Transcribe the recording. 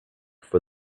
for